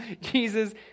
Jesus